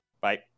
bye